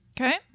Okay